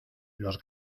los